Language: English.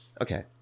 Okay